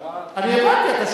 המשטרה לא מתאמצת יותר, הבנתי.